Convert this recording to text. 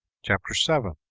chapter seven.